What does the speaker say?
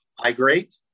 migrate